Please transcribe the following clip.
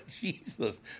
Jesus